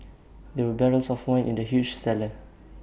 there were barrels of wine in the huge cellar